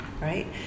right